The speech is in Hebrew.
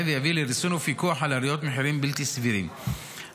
ויביא לריסון עליות מחירים בלתי סבירות ופיקוח עליהן.